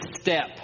step